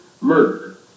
murder